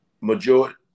Majority